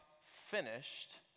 finished